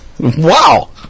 Wow